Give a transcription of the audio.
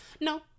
No